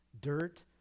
dirt